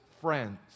friends